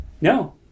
No